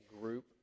group